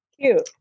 Cute